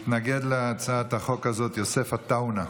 יתנגד להצעת החוק הזאת יוסף עטאונה.